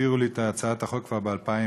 העבירו לי את הצעת החוק כבר ב-2013,